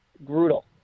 Brutal